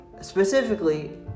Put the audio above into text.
specifically